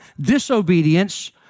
disobedience